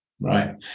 Right